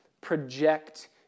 project